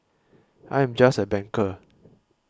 I am just a banker